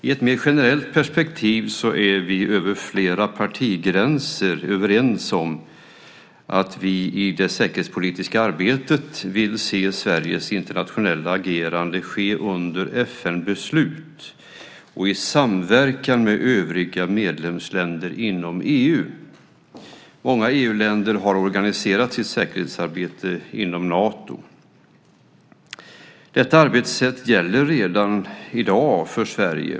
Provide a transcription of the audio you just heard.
I ett mer generellt perspektiv är vi över flera partigränser överens om att vi i det säkerhetspolitiska arbetet vill se Sveriges internationella agerande ske under FN-beslut och i samverkan med övriga medlemsländer inom EU. Många EU-länder har organiserat sitt säkerhetsarbete inom Nato. Detta arbetssätt gäller redan i dag för Sverige.